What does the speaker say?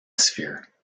sphere